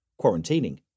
Quarantining